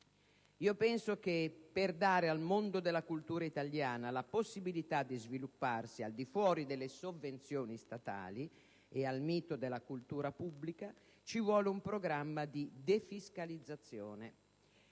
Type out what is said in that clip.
Penso che, per dare al mondo della cultura italiana la possibilità di svilupparsi al di fuori delle sovvenzioni statali e al mito della cultura pubblica, ci voglia un programma di defiscalizzazione